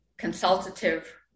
consultative